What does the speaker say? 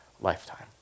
lifetime